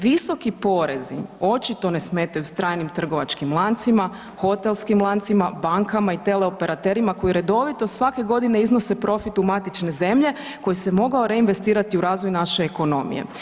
Visoki porezi očito ne smetaju stranim trgovačkim lancima, hotelskim, lancima, bankama i teleoperaterima koji redovito svake godine iznose profit u matične zemlje koji se mogao reinvestirati u razvoj naše ekonomije.